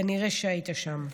כנראה שהיית שם.